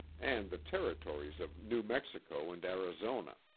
and the territories of new mexico and arizona.